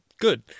good